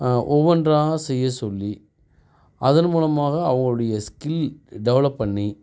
ஒவ்வொன்றாக செய்யச் சொல்லி அதன் மூலமாக அவர்களுடைய ஸ்கில் டெவலப் பண்ணி